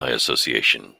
association